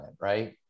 right